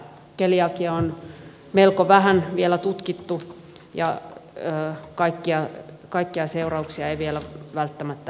keliakiaa on melko vähän vielä tutkittu ja kaikkia seurauksia ei vielä välttämättä edes tiedetä